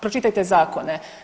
Pročitajte zakone.